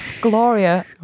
Gloria